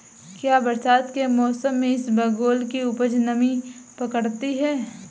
क्या बरसात के मौसम में इसबगोल की उपज नमी पकड़ती है?